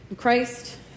Christ